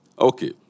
Okay